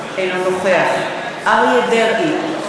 אינו נוכח אריה דרעי,